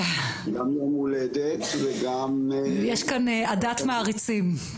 גם יום הולדת וגם יש כאן עדת מעריצים.